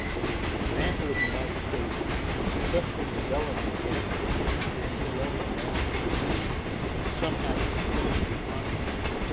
the example of the united states successfully rebelling against its colonial masters to somehow seep into the consciousness.